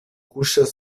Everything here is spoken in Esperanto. kuŝas